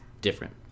different